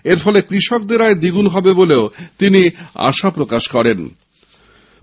এরফলে কৃষকদের আয় দ্বিগুণ বাড়বে বলেও তিনি আশাপ্রকাশ করেন